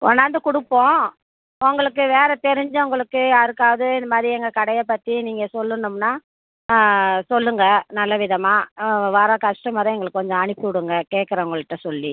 கொண்டாந்து கொடுப்போம் உங்களுக்கு வேறு தெரிஞ்சவங்களுக்கு யாருக்காவது இது மாதிரி எங்கள் கடையை பற்றி நீங்கள் சொல்லணும்னா சொல்லுங்கள் நல்ல விதமாக வர கஸ்டமரை எங்களுக்கு கொஞ்சம் அனுப்பி விடுங்க கேட்குறவங்கள்ட்ட சொல்லி